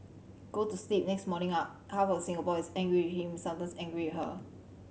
go to sleep next morning up half of Singapore is angry with him sometimes angry with her